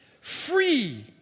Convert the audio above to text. free